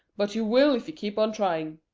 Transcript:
but you will if you keep on trying.